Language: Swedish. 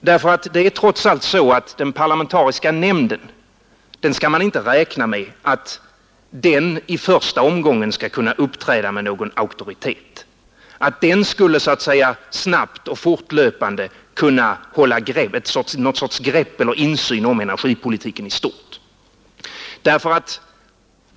Man skall trots allt inte räkna med att en parlamentarisk nämnd i första omgången skall kunna uppträda med någon auktoritet, att den så att säga snabbt och fortlöpande skall kunna hålla någon sorts grepp om eller ha insyn i energipolitiken i stort.